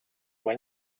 when